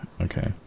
okay